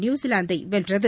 நியுசிலாந்தை வென்றது